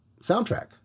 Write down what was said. soundtrack